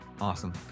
Awesome